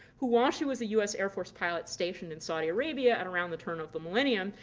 who while she was a us air force pilot stationed in saudi arabia and around the turn of the millennium,